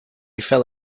fell